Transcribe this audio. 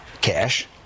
cash